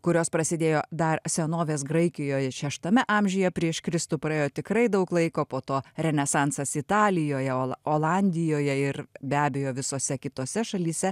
kurios prasidėjo dar senovės graikijoj šeštame amžiuje prieš kristų praėjo tikrai daug laiko po to renesansas italijoje ola olandijoje ir be abejo visose kitose šalyse